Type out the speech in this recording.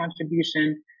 contribution